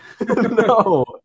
no